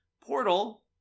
portal